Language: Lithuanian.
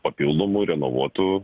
papildomų renovuotų